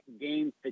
game